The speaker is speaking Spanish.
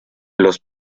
los